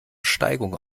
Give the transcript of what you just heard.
steigung